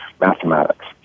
mathematics